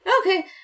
okay